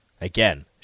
Again